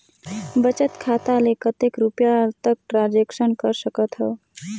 बचत खाता ले कतेक रुपिया तक ट्रांजेक्शन कर सकथव?